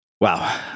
Wow